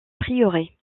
prieuré